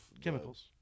Chemicals